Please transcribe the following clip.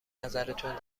نظرتون